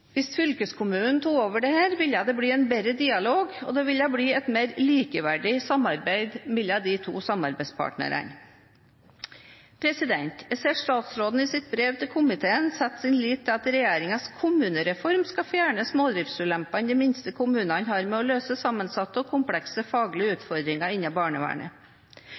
Hvis fylkeskommunene hadde tatt over dette, ville det bli en bedre dialog og et mer likeverdig samarbeid mellom de to samarbeidspartnerne. Jeg ser at statsråden i sitt brev til komiteen setter sin lit til at regjeringens kommunereform skal fjerne smådriftsulempene de minste kommunene har med å løse sammensatte og komplekse faglige utfordringer innen barnevernet.